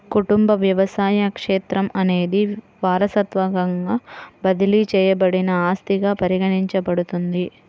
కుటుంబ వ్యవసాయ క్షేత్రం అనేది వారసత్వంగా బదిలీ చేయబడిన ఆస్తిగా పరిగణించబడుతుంది